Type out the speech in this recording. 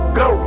go